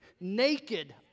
naked